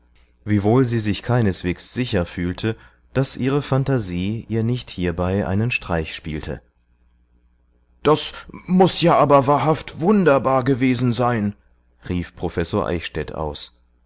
wiewohl sie sich keineswegs sicher fühlte daß ihre phantasie ihr nicht hierbei einen streich spielte das muß ja aber wahrhaft wunderbar gewesen sein rief professor eichstädt aus